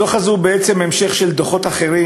הדוח הזה הוא בעצם המשך של דוחות אחרים